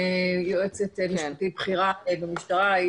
יועצת משפטית בכירה במשטרה.